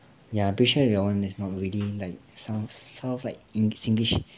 ya I'm pretty sure your [one] is not really like sounds sounds like singlish